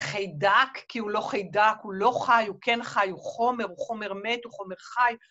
חידק כי הוא לא חידק, הוא לא חי, הוא כן חי, הוא חומר, הוא חומר מת, הוא חומר חי.